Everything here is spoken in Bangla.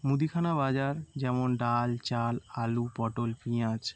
মুদিখানা বাজার যেমন ডাল চাল আলু পটল পিঁয়াজ